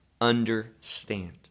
understand